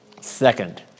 second